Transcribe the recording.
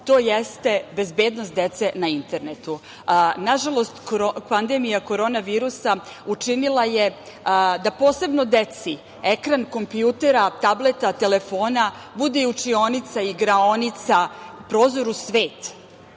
to jeste bezbednost dece na internetu. Nažalost, pandemija korona virusa učinila je da posebno deci ekran kompjutera, tableta, telefona bude i učionica, igraonica, prozor u svet. Imali